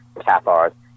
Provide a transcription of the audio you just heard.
Cathars